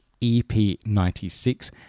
ep96